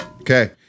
Okay